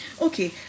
Okay